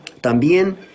También